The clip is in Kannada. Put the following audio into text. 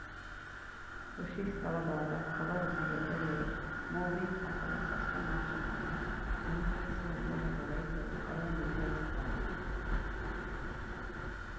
ಕೃಷಿಸ್ಥಳದಾಗ ಕವರ್ ಬೆಳೆ ಮೊವಿಂಗ್ ಅಥವಾ ಸಸ್ಯನಾಶಕನ ಅನ್ವಯಿಸುವ ಮೂಲಕ ರೈತರು ಕಳೆ ನಿಗ್ರಹಿಸ್ತರ